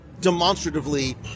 demonstratively